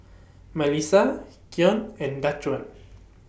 Mellissa Keon and Daquan